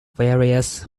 various